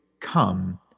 Come